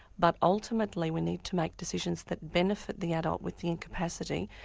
but ultimately we need to make decisions that benefit the adult with the incapacity,